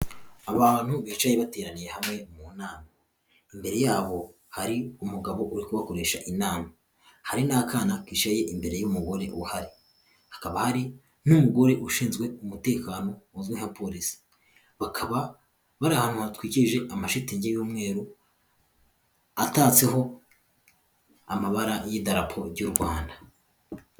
Abantu bicaye bateraniye hamwe mu nama. Imbere yabo hari umugabo uri kubakoresha inama, hari n'akana kicaye imbere y'umugore uhari, hakaba hari n'umugore ushinzwe umutekano uzwi nka polisi. Bakaba bari ahantu hatwikirije amashitingi y'umweru atatseho amabara y'idarapo ry'u Rwanda.